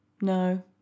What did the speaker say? No